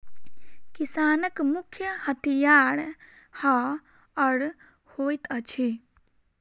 किसानक मुख्य हथियार हअर होइत अछि